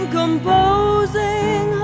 composing